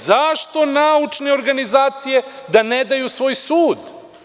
Zašto naučne organizacije da ne daju svoj sud?